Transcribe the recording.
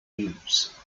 use